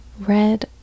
Red